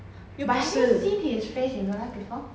but have you seen his face in real life before